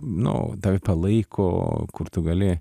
nu tave palaiko kur tu gali